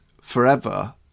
forever